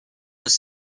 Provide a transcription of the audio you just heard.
was